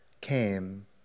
came